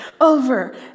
over